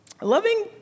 Loving